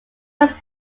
was